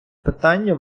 питання